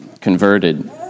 converted